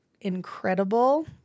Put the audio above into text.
incredible